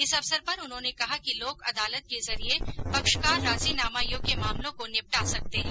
इस अवसर पर उन्होंने कहा कि लोक अदालत के जरिये पक्षकार राजीनामा योग्य मामलों को निपटा सकते हैं